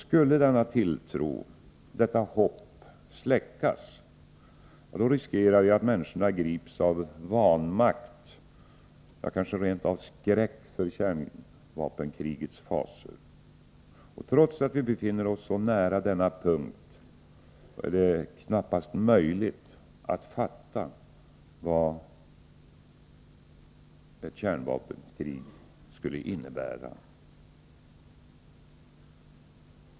Skulle denna tilltro, detta hopp, släckas riskerar vi att människorna grips av vanmakt — ja, rent av skräck för kärnvapenkrigets fasor. Trots att vi befinner oss så nära denna punkt är det knappast möjligt att fatta vad ett kärnvapenkrig skulle innebära.